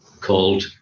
called